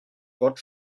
gott